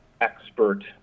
expert